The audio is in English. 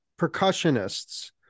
percussionists